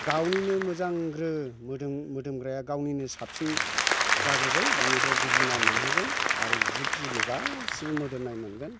गावनिनो मोजांग्रो मोदोम मोदोमग्राया गावनिनो साबसिन जाग्रोगोन बेनिफ्राय गुबुना मोनहैगोन आरो जिब जिबि गासैबो मोदोमनाय मोनगोन